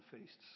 feasts